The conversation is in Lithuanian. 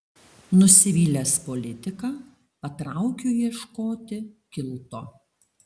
nusivylęs politika patraukiu ieškoti kilto